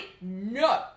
No